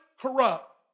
corrupt